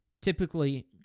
Typically –